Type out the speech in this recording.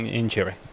injury